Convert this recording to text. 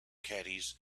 caddies